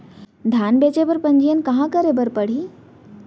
धान बेचे बर पंजीयन कहाँ करे बर पड़ही?